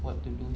what to do